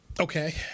Okay